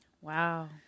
Wow